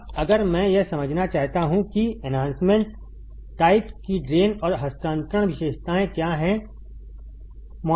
अब अगर मैं यह समझना चाहता हूं कि एक एन्हांसमेंट टाइप की ड्रेन और हस्तांतरण विशेषताएँ क्या है